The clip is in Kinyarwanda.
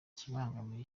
kibangamira